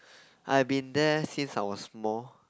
I been there since I was small